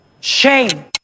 Shame